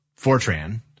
Fortran